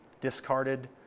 discarded